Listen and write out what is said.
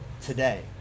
today